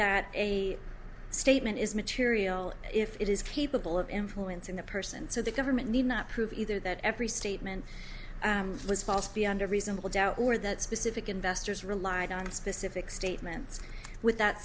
that a statement is material if it is capable of influencing the person so the government need not prove either that every statement was false beyond a reasonable doubt or that specific investors relied on specific statements with that